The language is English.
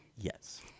Yes